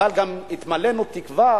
אבל גם התמלאנו תקווה,